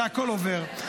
והכול עובר.